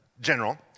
general